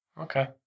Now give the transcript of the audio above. okay